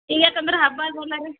ಈಗ ಯಾಕಂದ್ರೆ ಹಬ್ಬ ಅದವಲ್ಲ ರೀ